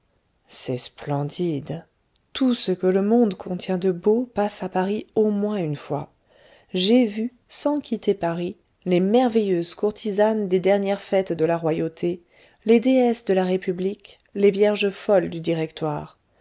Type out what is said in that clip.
c'est splendide tout ce que le monde contient de beau passe à paris au moins une fois j'ai vu sans quitter paris les merveilleuses courtisanes des dernières fêtes de la royauté les déesses de la république les vierges folles du directoire